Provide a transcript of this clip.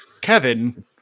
Kevin